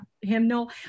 hymnal